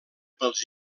pels